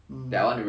um